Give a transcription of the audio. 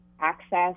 access